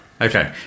okay